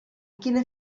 quina